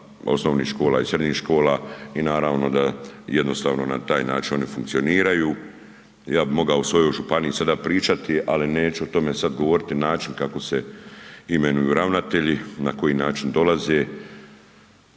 osnovnih škola i srednjih škola i naravno da jednostavno na taj način oni funkcioniraju, ja bi mogao o svojoj županiji sada pričati, ali neću o tome sad govoriti, način kako se imenuju ravnatelji, na koji način dolaze,